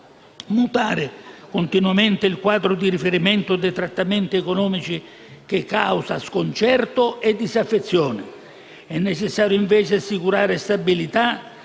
mutare continuamente il quadro di riferimento dei trattamenti economici che causa sconcerto e disaffezione. È necessario invece assicurare stabilità